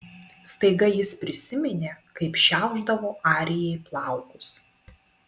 staiga jis prisiminė kaip šiaušdavo arijai plaukus